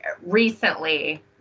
recently